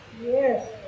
Yes